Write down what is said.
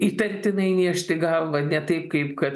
įtartinai niežti galvą ne taip kaip kad